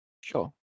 sure